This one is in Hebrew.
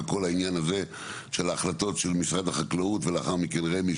בכל העניין הזה של ההחלטות של משרד החקלאות ולאחר מכן רמ"י,